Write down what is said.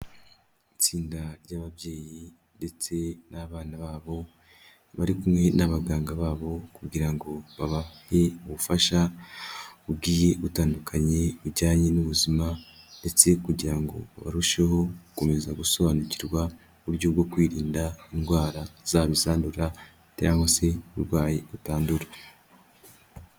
Itsinda ry'ababyeyi ndetse n'abana babo, bari kumwe n'abaganga babo kugira ngo babahe ubufasha bugiye butandukanye bujyanye n'ubuzima ndetse kugira ngo barusheho gukomeza gusobanukirwa uburyo bwo kwirinda indwara zaba izandura cyangwa se uburwayi butandura.